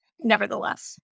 Nevertheless